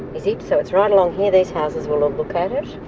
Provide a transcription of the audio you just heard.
is it, so it's right along here. these houses will all look at it.